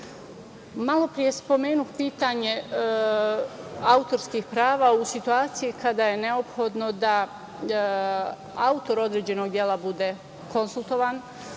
spomenuh pitanje autorskih prava u situaciji kada je neophodno da autor određenog dela bude konsultovan,